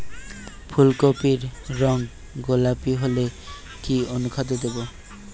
ফুল কপির রং গোলাপী হলে কি অনুখাদ্য দেবো?